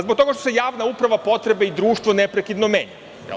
Zbog toga što se javna uprava, potrebe i društvo neprekidno menja.